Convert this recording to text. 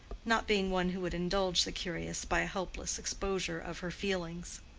not being one who would indulge the curious by a helpless exposure of her feelings.